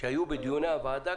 שהיו בדיוני הוועדה.